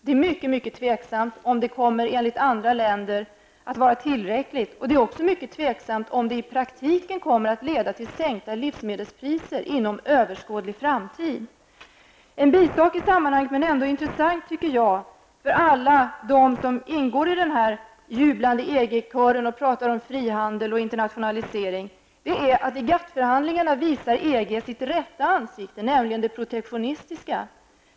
Det är mycket tveksamt, enligt andra länder, om det kommer att vara tillräckligt. Det är också mycket tveksamt om det i praktiken kommer att leda till sänkta livsmedelspriser inom en överskådlig framtid. En bisak i sammanhanget, som ändå bör vara intressant för alla dem som ingår i den jublande EG-kören och pratar om frihandel och internationalisering, är att EG i GATT förhandlingarna visar sitt rätta ansikte, nämligen det protektionistiska.